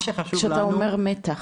כשאתה אומר 'מתח'?